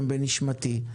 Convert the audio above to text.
הם בנשמתי.